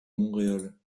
montréal